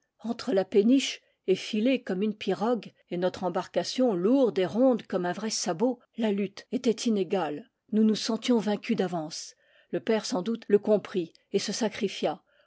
entre la péniche effilée comme une pirogue et notre embarcation lourde et ronde comme un vrai sabot la lutte était inégale nous nous sentions vaincus d'avance le père sans doute le comprit et se sacrifia